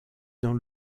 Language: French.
dans